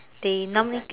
they normally